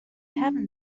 heaven